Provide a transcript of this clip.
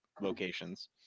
locations